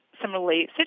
similarly